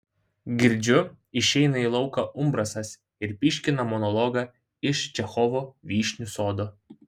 girdžiu išeina į lauką umbrasas ir pyškina monologą iš čechovo vyšnių sodo